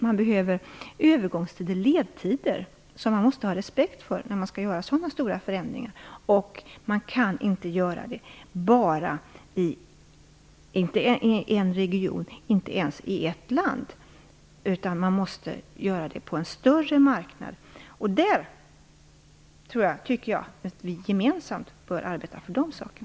Man behöver övergångstider, ledtider. Det måste man ha respekt för när man skall göra sådana stora förändringar. Man kan inte göra det bara i en region och inte ens i ett land. Det måste göras på en större marknad. Jag tycker att vi gemensamt bör arbeta för dessa saker.